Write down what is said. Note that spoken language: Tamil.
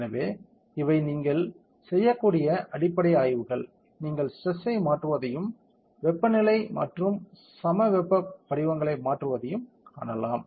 எனவே இவை நீங்கள் செய்யக்கூடிய அடிப்படை ஆய்வுகள் நீங்கள் ஸ்ட்ரெஸ் ஐ மாற்றுவதையும் வெப்பநிலையை மாற்றும் சமவெப்ப வடிவங்களை மாற்றுவதையும் காணலாம்